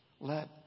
Let